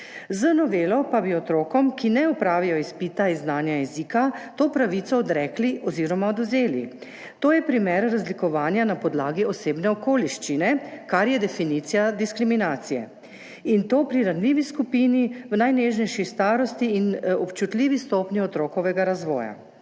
Z novelo pa bi otrokom, ki ne opravijo izpita iz znanja jezika, to pravico odrekli oziroma odvzeli. To je primer razlikovanja na podlagi osebne okoliščine, kar je definicija diskriminacije, in to pri ranljivi skupini v najnežnejši starosti in občutljivi stopnji otrokovega razvoja.